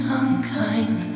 unkind